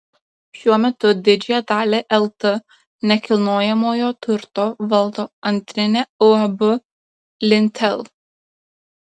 šiuo metu didžiąją dalį lt nekilnojamojo turto valdo antrinė uab lintel